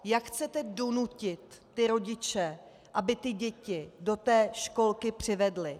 Jak chcete donutit ty rodiče, aby ty děti do školky přivedli?